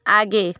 आगे